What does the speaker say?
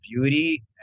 beauty